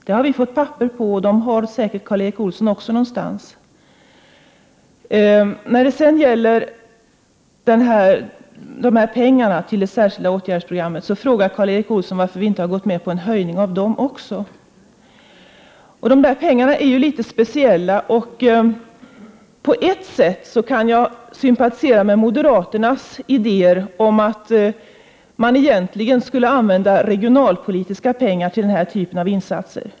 Det har vi fått papper på; de papperen har säkert också Karl Erik Olsson någonstans. När det sedan gäller pengarna till det särskilda åtgärdsprogrammet frågar Karl Erik Olsson varför vi inte gått med på en höjning av även det beloppet. Detta anslag är litet speciellt. På ett sätt kan jag sympatisera med moderaternas idéer om att man egentligen borde använda regionalpolitiska pengar till den här typen av insatser.